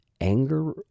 anger